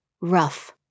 rough